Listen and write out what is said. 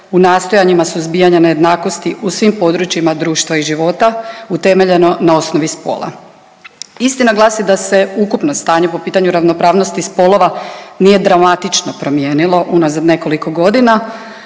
u nastojanjima suzbijanja nejednakosti u svim područjima društva i života utemeljeno na osnovi spola. Istina glasi da se ukupno stanje po pitanju ravnopravnosti spolova nije dramatično promijenilo unazad nekoliko godina,